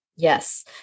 Yes